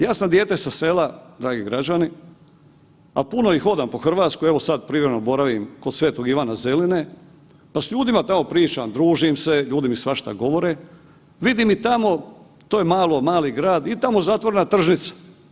Ja sam dijete sa sela, dragi građani, a i puno hodam po Hrvatskoj, evo sada privremeno boravim kod Sv. Ivana Zeline pa s ljudima tamo pričam, družim se ljudi mi svašta govore, vidim i tamo to je mali grad i tamo zatvorena tržnica.